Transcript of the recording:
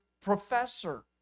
professor